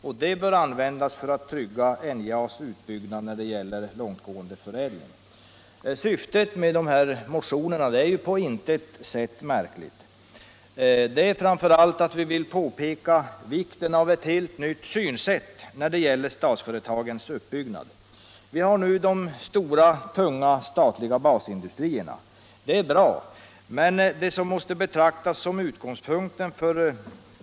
De bör användas för att trygga NJA:s utbyggnad när det gäller långtgående förädling. Syftet med de väckta motionerna är på intet sätt märkligt. Vi vill framför allt peka på vikten av ett helt nytt synsätt när det gäller statsföretagens uppbyggnad. Vi har nu de stora, tunga, statliga basindustrierna, och det är bra.